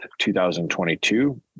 2022